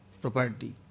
property